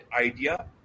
idea